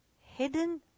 Hidden